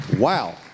Wow